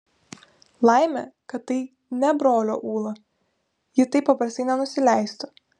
laimė kad tai ne brolio ūla ji taip paprastai nenusileistų